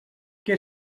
què